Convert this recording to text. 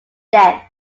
depth